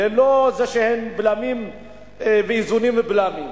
ללא איזשהם איזונים ובלמים.